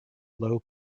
low